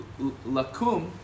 lakum